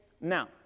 now